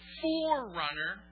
forerunner